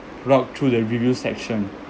rock through the reviews section